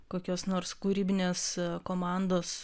kokios nors kūrybinės komandos